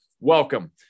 welcome